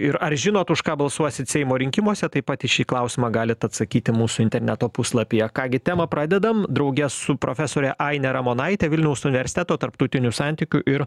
ir ar žinot už ką balsuosit seimo rinkimuose taip pat šį klausimą galit atsakyti mūsų interneto puslapyje ką gi temą pradedam drauge su profesore aine ramonaite vilniaus universiteto tarptautinių santykių ir